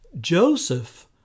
Joseph